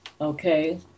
Okay